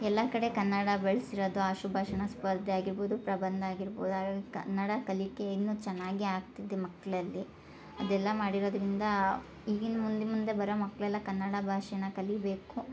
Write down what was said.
ಎಲ್ಲ ಕಡೆ ಕನ್ನಡ ಬೆಳೆಸಿರೋದು ಆಶುಭಾಷಣ ಸ್ಪರ್ಧೆ ಆಗಿರ್ಬೋದು ಪ್ರಬಂಧ ಆಗಿರ್ಬೋದು ಹಾಗಾಗಿ ಕನ್ನಡ ಕಲಿಕೆ ಇನ್ನೂ ಚೆನ್ನಾಗಿ ಆಗ್ತಿದೆ ಮಕ್ಕಳಲ್ಲಿ ಅದೆಲ್ಲ ಮಾಡಿರೋದರಿಂದ ಈಗಿನ ಮುಂದೆ ಮುಂದೆ ಬರೋ ಮಕ್ಕಳೆಲ್ಲ ಕನ್ನಡ ಭಾಷೆನ ಕಲಿಯಬೇಕು